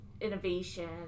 innovation